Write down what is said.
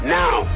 now